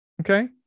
Okay